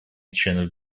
членов